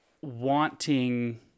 wanting